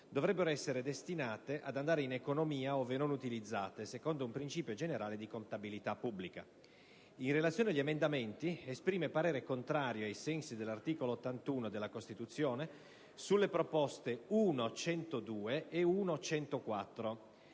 dovrebbero essere destinate ad andare in economia ove non utilizzate, secondo un principio generale di contabilità pubblica. In relazione agli emendamenti esprime parere contrario ai sensi dell'articolo 81 della Costituzione sulle proposte 1.102 e 1.104,